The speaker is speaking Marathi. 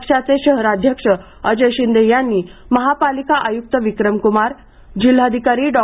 पक्षाचे शहराध्यक्ष अजय शिंदे यांनी महापालिका आयुक्त विक्रमकुमार जिल्हाधिकारी डॉ